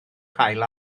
cael